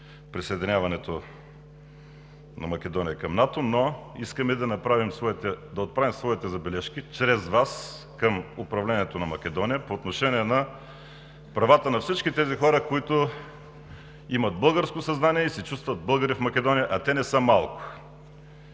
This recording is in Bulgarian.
присъединяването на Македония към НАТО. Искаме обаче чрез Вас да отправим своите забележки към управлението на Македония по отношение на правата на всички хора, които имат българско съзнание и се чувстват българи в Македония, а те не са малко.